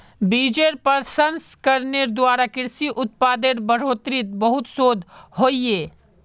बिजेर प्रसंस्करनेर द्वारा कृषि उत्पादेर बढ़ोतरीत बहुत शोध होइए